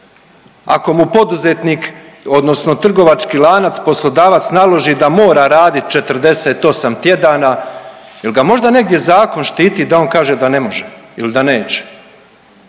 ako mu poduzetnik odnosno trgovački lanac, poslodavac naloži da mora radit 48 tjedana, jel ga možda negdje zakon štiti da on kaže da ne može il da neće?